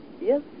yes